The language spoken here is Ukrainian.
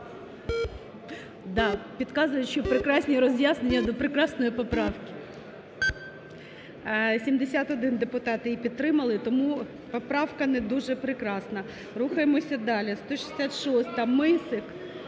Так, підказують, що прекрасні роз'яснення до прекрасної поправки. 11:50:19 За-71 71 депутат її підтримали. Тому поправка не дуже прекрасна. Рухаємося далі. 166-а, Мисик.